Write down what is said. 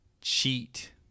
Cheat